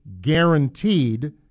guaranteed